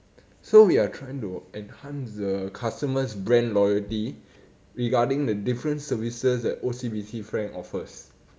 so we are trying to enhance the customer's brand loyalty regarding the different services that O_C_B_C frank offers